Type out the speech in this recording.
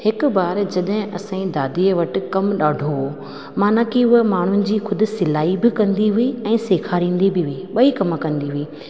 हिकु बार जॾहिं असांजी दादीअ वटि कमु ॾाढो हुओ माना की उहा माण्हुनि जी ख़ुदि सिलाई बि कंदी हुई ऐं सेखारींदी बि हुई ॿई कम कंदी हुई